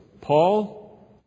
Paul